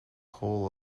hole